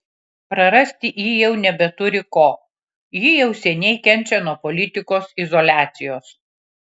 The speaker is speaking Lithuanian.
prarasti ji jau nebeturi ko ji jau seniai kenčia nuo politikos izoliacijos